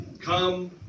Come